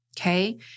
okay